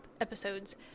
episodes